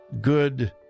good